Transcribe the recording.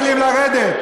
אתה לא תגיד לי לרדת.